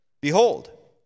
Behold